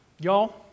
Y'all